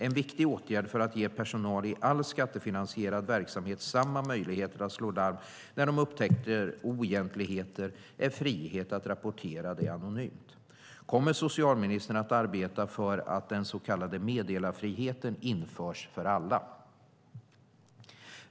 En viktig åtgärd för att ge personal i all skattefinansierad verksamhet samma möjligheter att slå larm när de upptäcker oegentligheter är frihet att rapportera det anonymt. Kommer socialministern att arbeta för att den så kallade meddelarfriheten införs för alla?